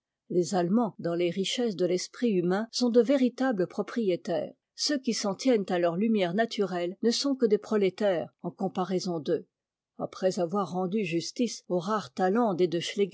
les allemands dans les richesses de l'esprit humain sont de véritables propriétaires ceux qui s'en'tiennent à leurs lumières naturelles ne sont que des prolétaires en comparaison d'eux après avoir rendu justice aux rares talents des deux